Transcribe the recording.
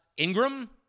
Ingram